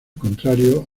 contrario